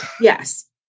yes